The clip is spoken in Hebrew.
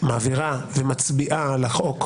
מעבירה ומצביעה על החוק,